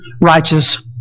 righteous